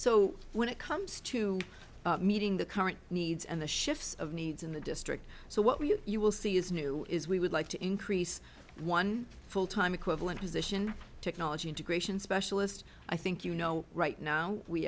so when it comes to meeting the current needs and the shifts of needs in the district so what we have you will see is new is we would like to increase one full time equivalent position technology integration specialist i think you know right now we